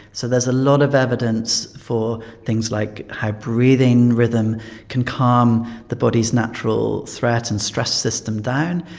so there's a lot of evidence for things like how breathing rhythm can calm the body's natural threat and stress system down.